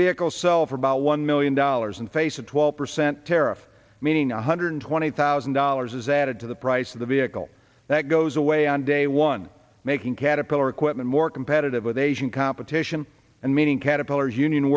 vehicles sell for about one million dollars and face a twelve percent tariff meaning one hundred twenty thousand dollars is added to the price of the vehicle that goes away on day one making caterpillar equipment more competitive with asian competition and meeting caterpillar